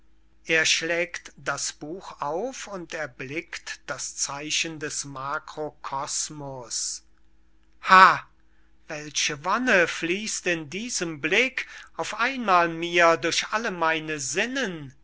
er schlägt das buch auf und erblickt das zeichen des makrokosmus ha welche wonne fließt in diesem blick auf einmal mir durch alle meine sinnen